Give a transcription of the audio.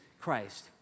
Christ